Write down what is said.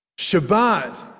Shabbat